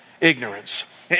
Ignorance